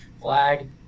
flag